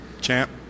Champ